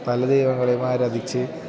പല ദൈവങ്ങളേമാരാധിച്ച്